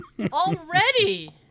Already